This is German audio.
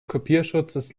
kopierschutzes